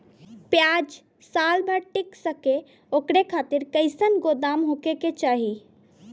प्याज साल भर तक टीका सके ओकरे खातीर कइसन गोदाम होके के चाही?